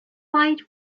wide